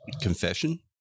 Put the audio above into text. confession